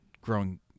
growing